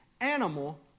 animal